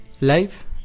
Life